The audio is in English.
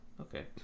Okay